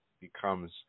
becomes